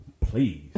please